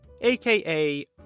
AKA